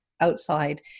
outside